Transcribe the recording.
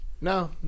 No